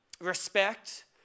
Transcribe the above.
respect